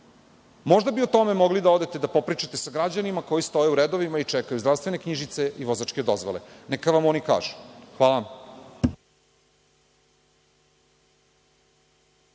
Možda bi o tome mogli da odete i da popričate sa građanima koji stoje u redovima i čekaju zdravstvene knjižice i vozačke dozvole. Neka vam oni kažu. Hvala vam.